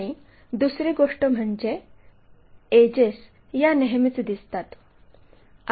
आणि दुसरी गोष्ट म्हणजे एडजेस या नेहमीच दिसतात